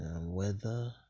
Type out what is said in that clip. weather